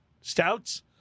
Stouts